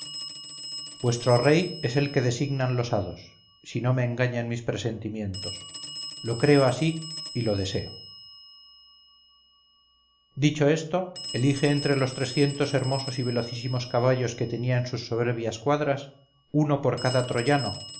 vuestro rey es el que designan los hados si no me engañan mis presentimientos lo creo así y lo deseo dicho esto elige entre los trescientos hermosos y velocísimos caballos que tenía en sus soberbias cuadras uno por cada troyano